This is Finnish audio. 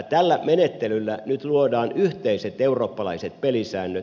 tällä menettelyllä nyt luodaan yhteiset eurooppalaiset pelisäännöt